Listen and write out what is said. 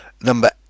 Number